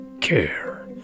care